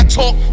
talk